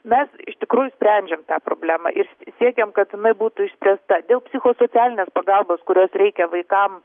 mes iš tikrųjų sprendžiam tą problemą ir siekiam kad jinai būtų išspręsta dėl psichosocialinės pagalbos kurios reikia vaikam